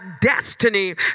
destiny